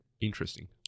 Interesting